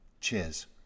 Cheers